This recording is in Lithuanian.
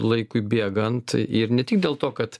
laikui bėgant ir ne tik dėl to kad